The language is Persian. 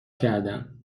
کردم